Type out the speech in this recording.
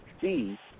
see